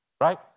right